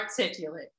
articulate